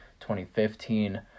2015